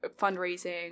fundraising